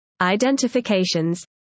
Identifications